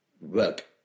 work